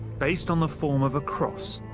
based on the form of a cross,